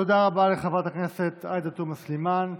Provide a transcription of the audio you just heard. תודה רבה לחברת הכנסת עאידה תומא סלימאן.